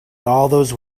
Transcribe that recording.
those